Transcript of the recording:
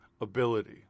ability